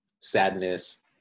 sadness